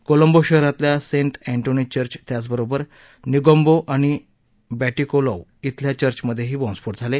कोलंबो शहरातल्या saint Anthony's church त्याबरोबर निगोम्बो आणि बॅटिकोलोव इथल्या चर्च मधेही बॉम्बस्फोट झाले